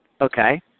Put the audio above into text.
Okay